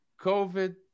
COVID